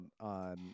on